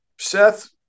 Seth